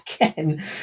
again